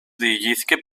διηγήθηκε